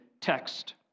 text